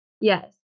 yes